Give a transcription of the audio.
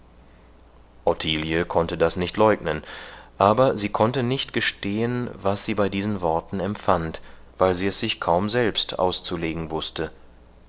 ottilie konnte das nicht leugnen aber sie konnte nicht gestehen was sie bei diesen worten empfand weil sie sich es kaum selbst auszulegen wußte